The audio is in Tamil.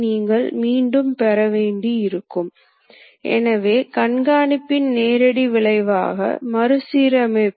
நீங்கள் உள்ளீடும் வழிமுறை பொறுத்து இயந்திரமானது இங்கிருந்து தொடங்கி ஒரு வளைவை வரையும்